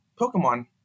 Pokemon